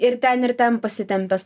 ir ten ir ten pasitempęs